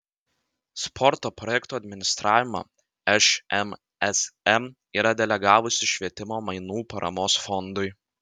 sporto projektų administravimą šmsm yra delegavusi švietimo mainų paramos fondui